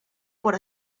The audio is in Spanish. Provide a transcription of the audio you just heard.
por